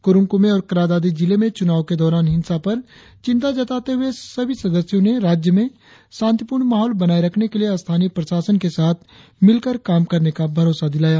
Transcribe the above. कुरुंग कुमे और क्रा दादी जिले में चुनाव के दौरान हिंसा पर चिंता जताते हुए सभी सदस्यों ने राज्य में शांतिपूर्ण माहौल बनाये रखने के लिए स्थानीय प्रशासन के साथ मिलकर काम करने का भरोसा दिलाया